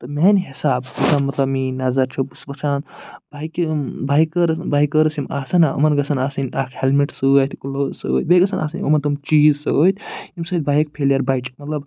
تہٕ میٛانہِ حِسابہٕ یوٚتام مطلب میٛٲنۍ نَظر چھِ بہٕ چھُس وُچھان بایکہِ یِم بایکٲرٕس بایکٲرٕس یِم آسیٚن نا یِمَن گژھیٚن آسٕنۍ اکھ ہیٚلمِٹ سۭتۍ گُلوز سۭتۍ بیٚیہِ گژھیٚن آسٕنۍ یِمَن تِم چیٖز سۭتۍ ییٚمہِ سۭتۍ بایک فیلیر بَچہِ مطلب